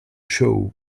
shaw